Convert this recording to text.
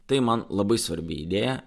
tai man labai svarbi idėja